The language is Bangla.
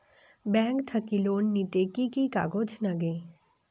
ব্যাংক থাকি লোন নিতে কি কি কাগজ নাগে?